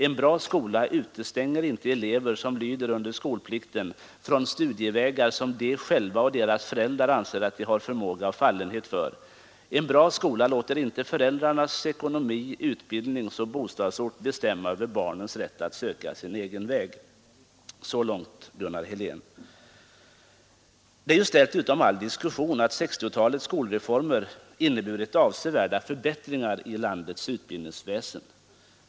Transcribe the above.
En bra skola utestänger inte elever som lyder under skolplikten från studievägar som de själva och deras föräldrar anser att de har förmåga och fallenhet för. En bra skola låter inte föräldrarnas ekonomi, utbildningsoch bostadsort bestämma över barnens rätt att söka sin egen väg.” Det är ställt utom all diskussion att 1960-talets skolreformer har inneburit avsevärda förbättringar i landets utbildningsväsen.